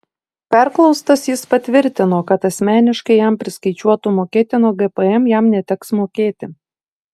perklaustas jis patvirtino kad asmeniškai jam priskaičiuotų mokėtino gpm jam neteks mokėti